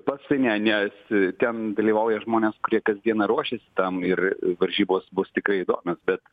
pats tai ne nes ten dalyvauja žmonės kurie kasdieną ruošiasi tam ir varžybos bus tikrai įdomios bet